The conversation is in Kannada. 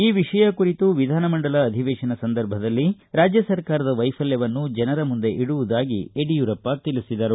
ಈ ವಿಷಯ ಕುರಿತು ವಿಧಾನಮಂಡಲ ಅಧಿವೇಶನ ಸಂದರ್ಭದಲ್ಲಿ ರಾಜ್ಯ ಸರ್ಕಾರದ ವೈಫಲ್ಯವನ್ನು ಜನರ ಮುಂದೆ ಇಡುವುದಾಗಿ ಯಡಿಯೂರಪ್ಪ ತಿಳಿಸಿದರು